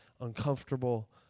uncomfortable